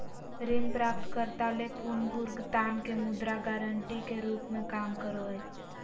ऋण प्राप्तकर्ता ले पुनर्भुगतान के मुद्रा गारंटी के रूप में काम करो हइ